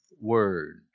word